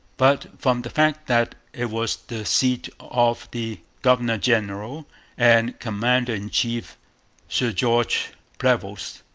but from the fact that it was the seat of the governor-general and commander-in-chief, sir george prevost.